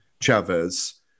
Chavez